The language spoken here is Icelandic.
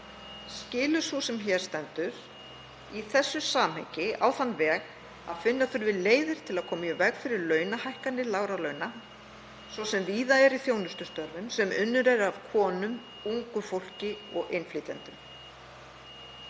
skilur sú sem hér stendur í þessu samhengi á þann veg að finna þurfi leiðir til að koma í veg fyrir launahækkanir lágra launa, svo sem víða eru í þjónustustörfum sem unnin eru af konum, ungu fólki og innflytjendum.